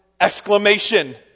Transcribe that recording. exclamation